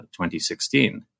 2016